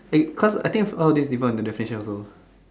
it cause I think of all this people on the definition also